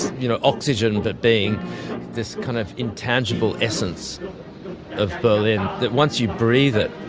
you know, oxygen, but being this kind of intangible essence of berlin that once you breathe it,